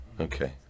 Okay